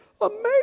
Amazing